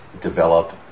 develop